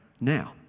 now